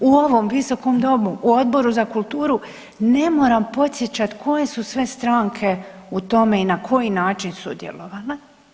U ovom visokom domu u Odboru za kulturu ne moram podsjećat koje su sve stranke u tome i na koji način sudjelovale.